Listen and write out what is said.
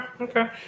okay